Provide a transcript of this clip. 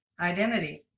identity